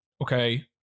okay